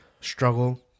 struggle